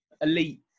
elite